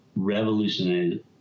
revolutionized